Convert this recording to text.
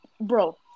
Bro